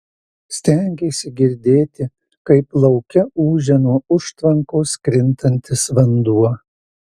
stengėsi girdėti kaip lauke ūžia nuo užtvankos krintantis vanduo